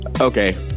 Okay